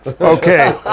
okay